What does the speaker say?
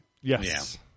yes